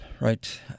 Right